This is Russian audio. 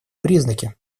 признаки